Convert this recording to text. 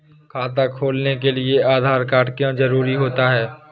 खाता खोलने के लिए आधार कार्ड क्यो जरूरी होता है?